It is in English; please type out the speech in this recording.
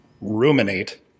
ruminate